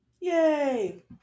Yay